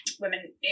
women